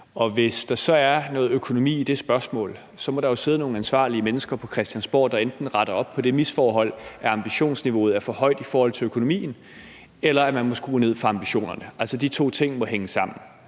og hvis der så er noget økonomi i det spørgsmål, må der jo sidde nogle ansvarlige mennesker på Christiansborg, der enten retter op på det misforhold, at ambitionsniveauet er for højt i forhold til økonomien, eller at man må skrue ned for ambitionerne. Altså, de to ting må hænge sammen.